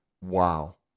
Wow